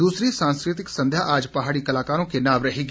दूसरी सांस्कृतिक संध्या आज पहाड़ी कलाकारों के नाम रहेगी